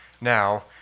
Now